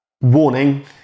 warning